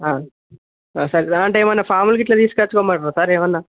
సరే రా అంటే ఏమన్నా ఫార్మల్ గిట్ల తీసుకొచ్చుకోమంటారా సార్ ఏమన్నా